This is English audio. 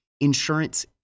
insurance